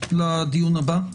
לדיון הבא.